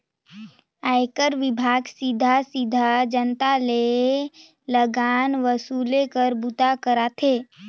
आयकर विभाग सीधा सीधा जनता ले लगान वसूले कर बूता करथे